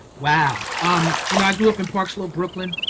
wow. um you know, i grew up in park slope, brooklyn.